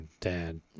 dad